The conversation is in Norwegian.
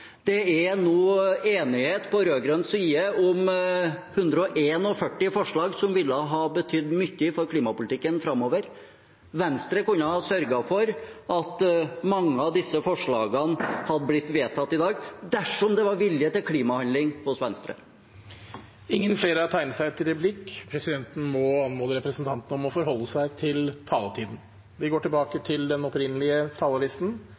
Det er nå enighet på rød-grønn side om 141 forslag som ville ha betydd mye for klimapolitikken framover. Venstre kunne ha sørget for at mange av disse forslagene hadde blitt vedtatt i dag – dersom det var vilje til klimahandling hos Venstre. Replikkordskiftet er omme. Presidenten må anmode representantene om å forholde seg til taletiden. Venstre vil skape en grønn framtid med frihet og muligheter for alle. Derfor kutter vi